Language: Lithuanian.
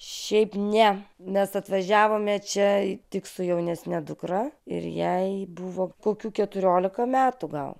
šiaip ne nes atvažiavome čia tik su jaunesne dukra ir jai buvo kokių keturiolika metų gal